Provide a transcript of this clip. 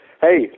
hey